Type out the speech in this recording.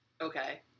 okay